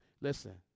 Listen